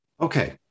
Okay